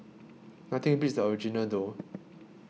nothing beats the original though